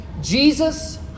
Jesus